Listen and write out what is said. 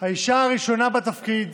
האישה הראשונה בתפקיד,